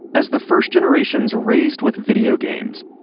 as the first generations raised with video games,